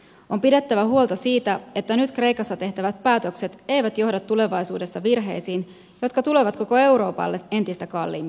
on pidettävä huolta siitä että nyt kreikassa tehtävät päätökset eivät johda tulevaisuudessa virheisiin jotka tulevat koko euroopalle entistä kalliimmiksi